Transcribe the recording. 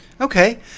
okay